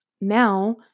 now